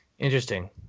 Interesting